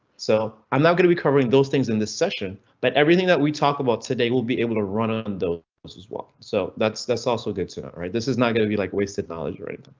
so i'm not going to be covering those things in this session, but everything that we talk about today will be able to run ah and on those as well. so that's that's also good to write. this is not going to be like wasted knowledge or